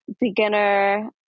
beginner